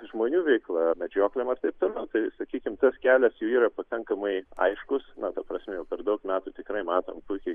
žmonių veikla medžioklėm ar taip toliau tai sakykime tas kelios jų yra pakankamai aiškus na ta prasme jau per daug metų tikrai matom puikiai